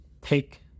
take